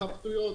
ההתחבטויות.